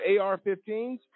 AR-15s